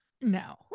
no